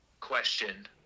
question